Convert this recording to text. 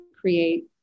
create